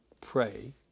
pray